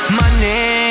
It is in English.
money